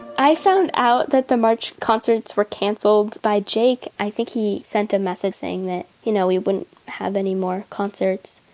i found out that the march concerts were canceled by jake. i think he sent a message saying that, you know, we wouldn't have any more concerts.